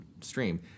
stream